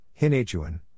Hinachuan